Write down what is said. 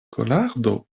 kolardo